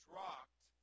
rocked